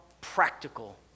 practical